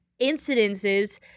incidences